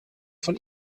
von